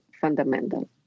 fundamental